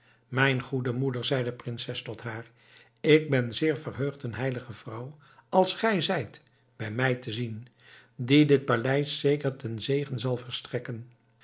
mijn goede moeder zei de prinses tot haar ik ben zeer verheugd een heilige vrouw als gij zijt bij mij te zien die dit paleis zeker ten zegen zal verstrekken